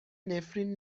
نفرین